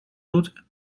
route